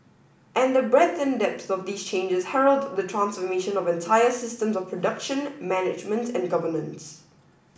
and the breadth and depth of these changes herald the transformation of entire systems of production management and governance